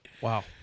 Wow